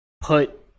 put